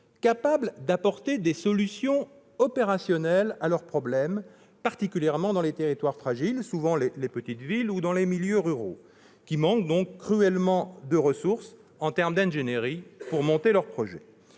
capable d'apporter des solutions opérationnelles à leurs problèmes, particulièrement dans les territoires fragiles, souvent les petites villes ou les milieux ruraux, qui manquent cruellement de ressources en termes d'ingénierie pour élaborer leurs projets.